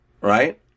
Right